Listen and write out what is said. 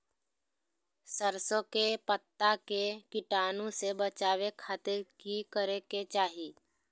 सरसों के पत्ता के कीटाणु से बचावे खातिर की करे के चाही?